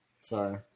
Sorry